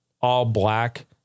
all-black